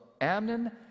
Amnon